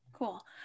Cool